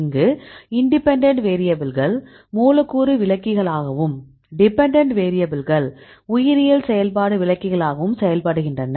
இங்கு இண்டிபெண்டன்ட் வேரியபில்கள் மூலக்கூறு விளக்கிகளாகவும் டிபெண்டன்ட் வேரியபில்கள் உயிரியல் செயல்பாடு விளக்கிகளாகவும் செயல்படுகின்றன